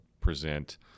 present